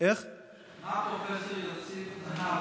יעקב ליצמן: